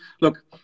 look